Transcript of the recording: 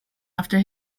after